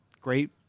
great